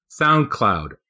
SoundCloud